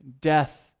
death